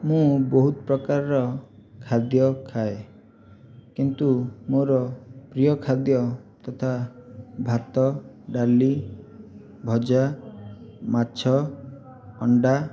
ମୁଁ ବହୁତ ପ୍ରକାରର ଖାଦ୍ୟ ଖାଏ କିନ୍ତୁ ମୋର ପ୍ରିୟ ଖାଦ୍ୟ ତଥା ଭାତ ଡାଲି ଭଜା ମାଛ ଅଣ୍ଡା